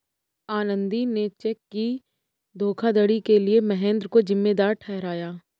आनंदी ने चेक की धोखाधड़ी के लिए महेंद्र को जिम्मेदार ठहराया